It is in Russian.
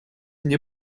мне